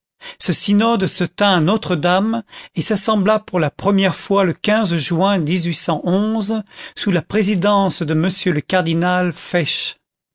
ce synode se tint à notre-dame et s'assembla pour la première fois le juin sous la présidence de m le cardinal